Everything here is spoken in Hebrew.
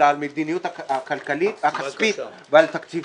אלא על המדיניות הכלכלית הכספית ועל תקציבים.